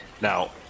now